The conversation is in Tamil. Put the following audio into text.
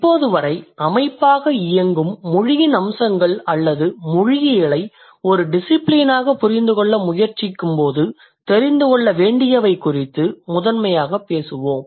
இப்போது வரை அமைப்பாக இயங்கும் மொழியின் அம்சங்கள் அல்லது மொழியியலை ஒரு டிசிபிலினாக புரிந்து கொள்ள முயற்சிக்கும்போது தெரிந்து கொள்ள வேண்டியவை குறித்து முதன்மையாகப் பேசுகிறோம்